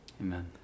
amen